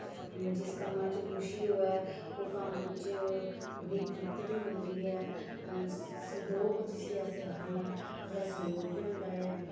जिस कम्मै च खुशी होऐ ओह कम्म बिच्च बड़ी तृप्ति बी मिलदी ऐ संदोख जिसी अस आखने आं बड़ा संदोख बी होंदा ऐ